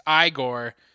Igor